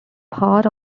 part